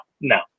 No